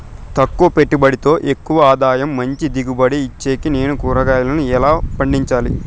తక్కువ పెట్టుబడితో ఎక్కువగా ఆదాయం మంచి దిగుబడి ఇచ్చేకి నేను కూరగాయలను ఎలా పండించాలి?